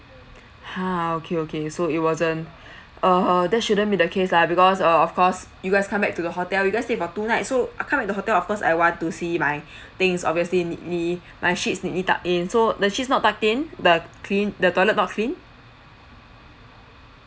ha okay okay so it wasn't err that shouldn't be the case lah because uh of course you guys come back to the hotel you guys stay for two nights so I come back to hotel of course I want to see my things obviously neatly my sheets neatly tucked in so the sheets not tucked in the clean the toilet not clean